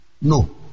No